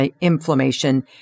inflammation